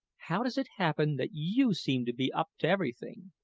how does it happen that you seem to be up to everything?